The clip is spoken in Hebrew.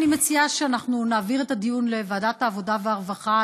אני מציעה שאנחנו נעביר את הדיון לוועדת העבודה והרווחה,